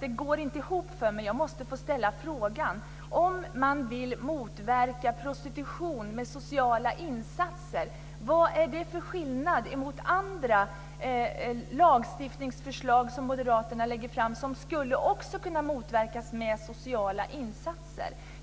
det går inte ihop för mig. Jag måste få ställa frågan. Jeppe Johnsson säger att man vill motverka prostitution med sociala insatser. Men moderaterna lägger fram förslag om lagstiftning på andra områden där man också skulle kunna motverka med sociala insatser.